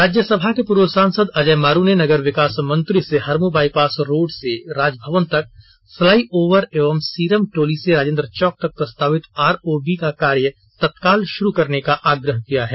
राज्यसभा के पूर्व सांसद अजय मारू ने नगर विकास मंत्री से हरमू बाईपास रोड से राजभवन तक फ्लाईओवर एवं सिरम टोली से राजेंद्र चौक तक प्रस्तावित आरओबी का कार्य तत्काल शुरू करने का आग्रह किया है